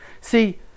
See